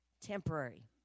temporary